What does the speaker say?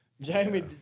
Jamie